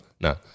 No